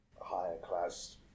higher-class